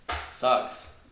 sucks